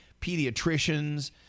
pediatricians